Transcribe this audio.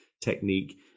technique